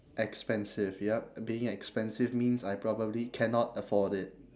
expensive yup being expensive means I probably cannot afford it